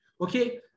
okay